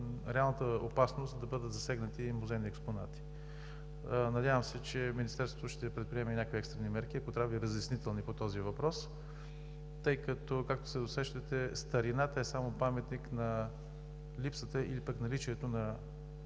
реална опасност да бъдат засегнати музейни експонати. Надявам се, че Министерството ще предприеме някакви екстрени мерки, ако трябва – и разяснителни, по този въпрос, тъй като, както се досещате, старината е само паметник на липсата или пък наличието на